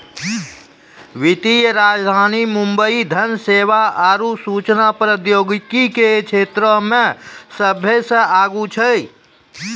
वित्तीय राजधानी मुंबई धन सेवा आरु सूचना प्रौद्योगिकी के क्षेत्रमे सभ्भे से आगू छै